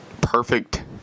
perfect